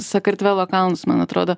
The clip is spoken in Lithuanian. sakartvelo kalnus man atrodo